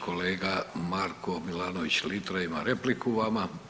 Kolega Marko Milanović Litre ima repliku vama.